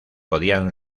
podían